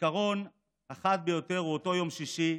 הזיכרון החד ביותר הוא אותו יום שישי.